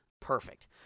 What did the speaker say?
Perfect